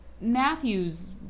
Matthew's